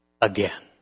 again